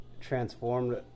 transformed